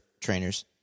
trainers